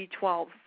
B12